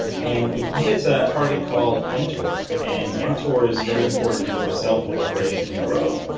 and it inhibits a target called mtor, and mtor is very important for cell proliferation and growth.